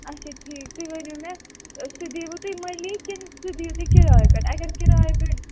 اچھا ٹھیٖک تُہۍ ؤنِو مےٚ سُہ دِیوٕ تُہۍ مٔلی کِنہٕ سُہ دِیو تُہۍ کِرایہِ پیٚٹھ اگر کِرایہِ پیٚٹھ